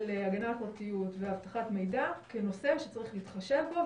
הגנת הפרטיות ואבטחת מידע כנושא שצריך להתחשב בו.